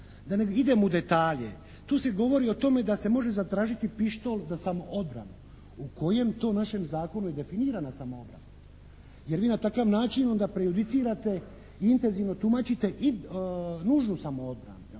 idem u detalje. Tu se govori o tome da se može zatražiti pištolj za samoodbranu. U kojem to našem zakonu je definirana samoobrana? Jer vi na takav način onda prejudicirate i intenzivno tumačite nužnu samoobranu